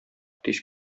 тиз